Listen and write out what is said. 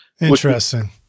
Interesting